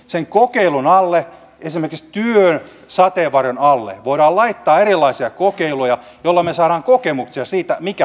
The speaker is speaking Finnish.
sen kokeilun alle esimerkiksi työn sateenvarjon alle voidaan laittaa erilaisia kokeiluja joilla me saamme kokemuksia siitä mikä toimii